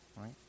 right